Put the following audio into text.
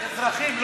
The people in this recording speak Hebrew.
אזרחים,